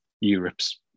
Europe's